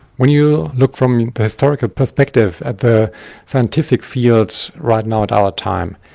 when you look from the historical perspective at the scientific field right now at our time,